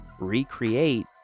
recreate